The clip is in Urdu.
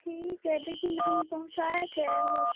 ٹھیک ہے لیکن ہم پہنچائے تھے بس